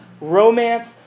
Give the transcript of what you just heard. romance